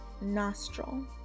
nostril